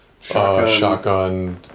shotgun